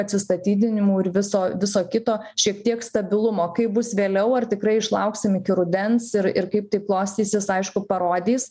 atsistatydinimų ir viso viso kito šiek tiek stabilumo kaip bus vėliau ar tikrai išlauksim iki rudens ir ir kaip tai klostysis aišku parodys